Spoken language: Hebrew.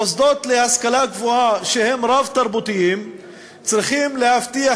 מוסדות להשכלה גבוהה שהם רב-תרבותיים צריכים להבטיח